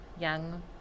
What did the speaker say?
young